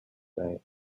day